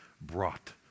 brought